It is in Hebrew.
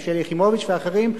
שלי יחימוביץ ואחרים,